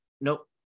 nope